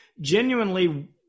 genuinely